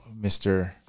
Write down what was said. Mr